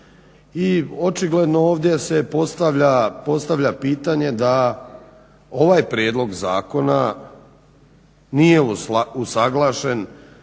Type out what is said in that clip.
očigledno ovdje se postavlja pitanje da ovaj prijedlog zakona nije usuglašen